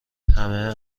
همه